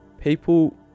People